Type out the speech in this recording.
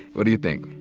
what do you think?